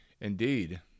Indeed